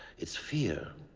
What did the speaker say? its fear,